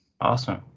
awesome